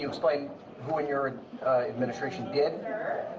explain who in your administration did?